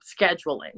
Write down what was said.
scheduling